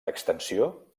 extensió